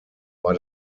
war